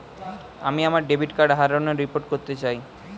আমি আমার debit card হারানোর রিপোর্ট করতে চাই